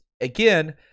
again